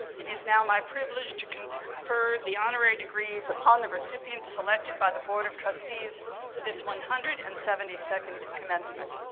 it is now my privilege to confer the honorary degrees upon the recipients selected by the board of trustees for this one hundred and seventy second commencement.